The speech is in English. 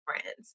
friends